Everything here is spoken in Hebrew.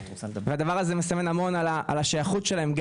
הדבר הזה מסמן המון על השייכות שלהם.